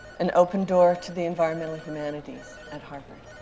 an open door to the environmental humanities at harvard.